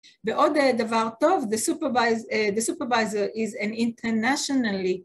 בעוד דבר טוב, the supervisor is an internationally